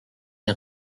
des